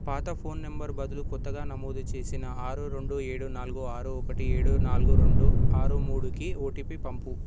పాత phone number బదులు క్రొత్తగా నమోదు చేసిన ఆరు రెండు ఏడు నాలుగు ఆరు ఒకటి ఏడు నాలుగు రెండు ఆరు మూడుకి ఓటీపీ పంపుము